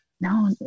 no